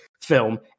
film